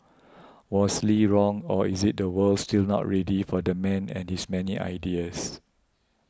was Lee wrong or is the world still not ready for the man and his many ideas